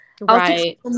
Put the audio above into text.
right